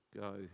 Go